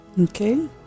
Okay